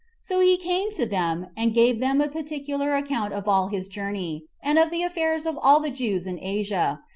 so he came to them, and gave them a particular account of all his journey, and of the affairs of all the jews in asia,